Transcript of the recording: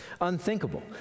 unthinkable